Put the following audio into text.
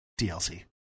DLC